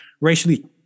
racially